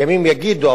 ימים יגידו.